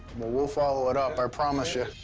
well, we'll follow it up, i promise you.